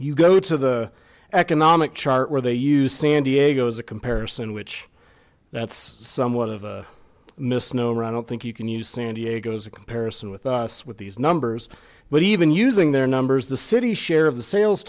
you go to the economic chart where they use san diego as a comparison which that's somewhat of a misnomer i don't think you can use san diego's in comparison with us with these numbers but even using their numbers the city share of the sales